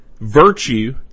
virtue